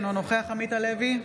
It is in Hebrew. אינו נוכח עמית הלוי,